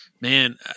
man